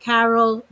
Carol